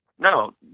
No